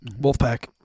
Wolfpack